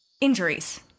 Injuries